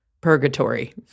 purgatory